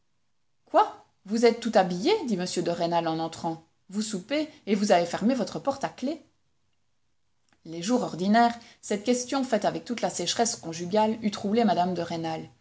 quoi vous êtes tout habillée dit m de rênal en entrant vous soupez et vous avez fermé votre porte à clef les jours ordinaires cette question faite avec toute la sécheresse conjugale eût troublé mme de rênal